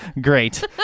great